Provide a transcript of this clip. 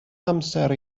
amser